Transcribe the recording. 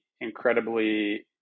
incredibly